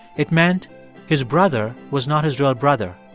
it meant his brother was not his real brother,